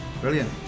Brilliant